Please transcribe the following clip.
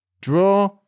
Draw